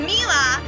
Mila